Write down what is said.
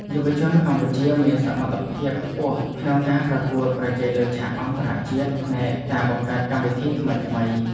យុវជនកម្ពុជាមានសមត្ថភាពខ្ពស់ក្នុងការប្រកួតប្រជែងលើឆាកអន្តរជាតិផ្នែកការបង្កើតកម្មវិធីថ្មីៗ។